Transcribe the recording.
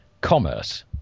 commerce